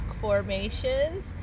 formations